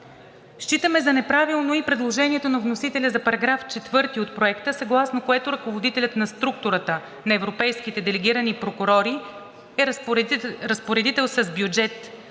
Считаме за неправилно и предложението на вносителя за § 4 от Проекта, съгласно което ръководителят на структурата на европейските делегирани прокурори е разпоредител с бюджет.